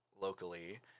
Locally